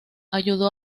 ayudó